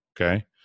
okay